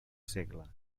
segle